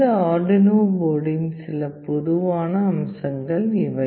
இந்த அர்டுயினோ போர்டின் சில பொதுவான அம்சங்கள் இவை